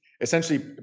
Essentially